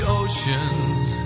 oceans